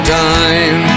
time